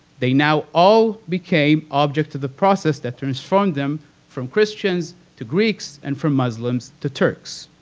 they now all became objects of the processed that transformed them from christians to greeks, and from muslims to turks.